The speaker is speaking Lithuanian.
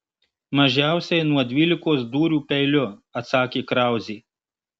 mažiausiai nuo dvylikos dūrių peiliu atsakė krauzė